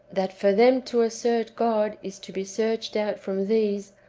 that for them to assert god is to be searched out from these,